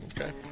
Okay